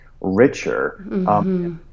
richer